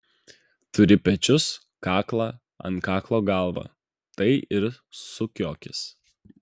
turi pečius kaklą ant kaklo galvą tai ir sukiokis